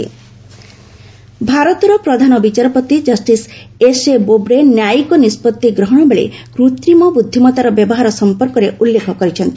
CJI Singapore ଭାରତର ପ୍ରଧାନ ବିଚାରପତି ଜଷ୍ଟିସ୍ ଏସ୍ଏ ବୋବଡେ ନ୍ୟାୟିକ ନିଷ୍କଭି ଗ୍ରହଣ ବେଳେ କୃତ୍ରିମ ବୁଦ୍ଧିମଭାର ବ୍ୟବହାର ସଫପର୍କରେ ଉଲ୍ଲେଖ କରିଛନ୍ତି